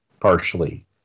partially